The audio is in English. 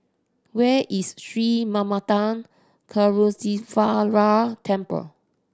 where is Sri Manmatha Karuneshvarar Temple